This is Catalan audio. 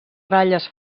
ratlles